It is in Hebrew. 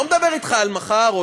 לא מדבר אתך על מחר,